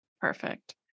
Perfect